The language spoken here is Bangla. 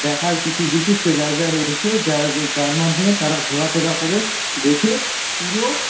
দেখার কিছু বিশিষ্ট জায়গা রয়েছে যার মাধ্যমে তারা ঘোরাফেরা করে দেখে পুরো